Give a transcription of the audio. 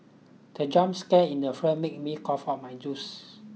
the jump scare in the film made me cough off my juice